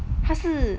他是你